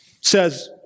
says